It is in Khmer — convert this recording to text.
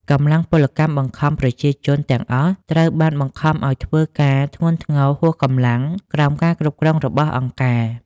កម្លាំងពលកម្មបង្ខំ ប្រជាជនទាំងអស់ត្រូវបានបង្ខំឱ្យធ្វើការធ្ងន់ធ្ងរហួសកម្លាំង ក្រោមការគ្រប់គ្រងរបស់អង្គការ។